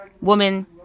woman